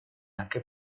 anche